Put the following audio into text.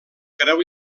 creu